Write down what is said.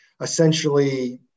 essentially